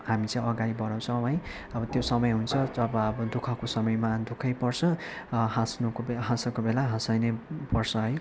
हामी चाहिँ अगाडि बढाउछौँ है अब त्यो समय हुन्छ जब अब दुःखको समयमा दुःखै पर्छ हाँस्नुको हाँसोको बेला हँसाइ नै पर्छ है